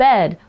Bed